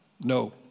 No